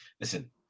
Listen